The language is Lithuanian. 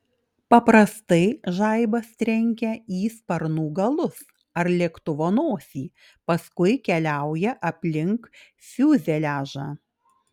paprastai žaibas trenkia į sparnų galus ar lėktuvo nosį paskui keliauja aplink fiuzeliažą